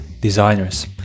designers